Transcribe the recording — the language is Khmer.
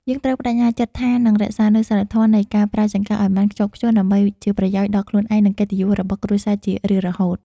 យើងត្រូវប្តេជ្ញាចិត្តថានឹងរក្សានូវសីលធម៌នៃការប្រើចង្កឹះឱ្យបានខ្ជាប់ខ្ជួនដើម្បីជាប្រយោជន៍ដល់ខ្លួនឯងនិងកិត្តិយសរបស់គ្រួសារជារៀងរហូត។